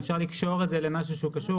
אם אפשר לקשור את זה למשהו שהוא קשור,